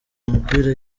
umupira